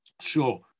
sure